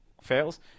fails